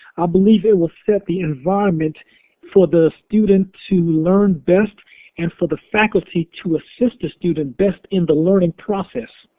i believe it will set the environment for the student to learn best and for the faculty to assist the student best in the learning process.